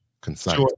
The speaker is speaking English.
concise